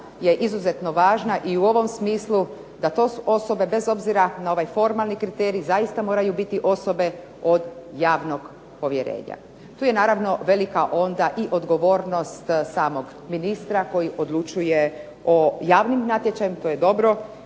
je izuzetno važna i u ovom smislu da to su osobe bez obzira na ovaj formalni kriterij zaista moraju biti osobe od javnog povjerenja. Tu je naravno velika onda i odgovornost samog ministra koji odlučuje o javnim natječajem to je dobro,